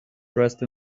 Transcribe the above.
dressed